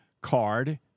card